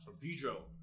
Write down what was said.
Pedro